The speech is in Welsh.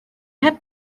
heb